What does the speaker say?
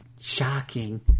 shocking